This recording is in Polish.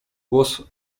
głos